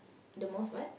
the most what